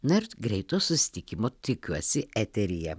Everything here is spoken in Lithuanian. na ir greitų susitikimų tikiuosi eteryje